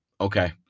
okay